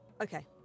Okay